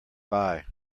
buy